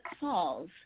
falls